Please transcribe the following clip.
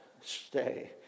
stay